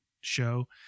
show